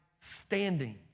standing